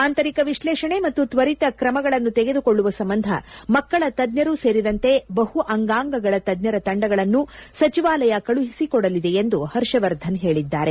ಆಂತರಿಕ ವಿಶ್ಲೇಷಣೆ ಮತ್ತು ತ್ವರಿತ ಕ್ರಮಗಳನ್ನು ತೆಗೆದುಕೊಳ್ಳುವ ಸಂಬಂಧ ಮಕ್ಕಳ ತಜ್ಞರು ಸೇರಿದಂತೆ ಬಹು ಅಂಗಾಂಗಗಳ ತಜ್ಜರ ತಂಡಗಳನ್ನು ಸಚಿವಾಲಯ ಕಳುಹಿಸಿಕೊಡಲಿದೆ ಎಂದು ಹರ್ಷವರ್ಧನ್ ಹೇಳಿದ್ದಾರೆ